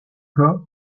cas